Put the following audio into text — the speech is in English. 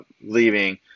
leaving